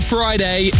Friday